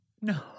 no